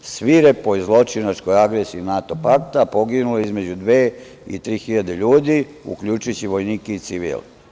U svirepoj i zločinačkoj agresiji NATO pakta poginulo je između dve i tri hiljade ljudi, uključujući vojnike i civile.